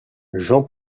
jean